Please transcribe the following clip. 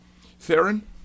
Theron